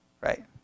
right